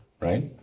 right